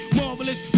marvelous